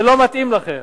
זה לא מתאים לכם.